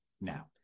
now